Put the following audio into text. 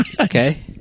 Okay